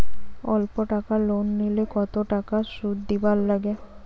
অল্প টাকা লোন নিলে কতো টাকা শুধ দিবার লাগে?